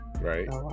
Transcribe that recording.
right